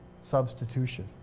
Substitution